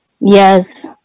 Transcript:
Yes